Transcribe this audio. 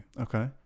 Okay